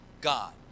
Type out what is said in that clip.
God